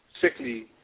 sickly